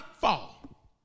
fall